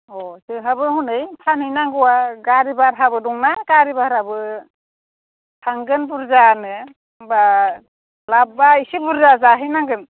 अ जोंहाबो हनै फानहैनांगौआ गारि भाराहाबो दंना गारि भाराबो थांगोन बुरजानो होमब्ला लाबआ एसे बुरजा जाहैनांगोन